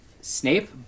Snape